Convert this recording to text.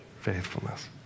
Faithfulness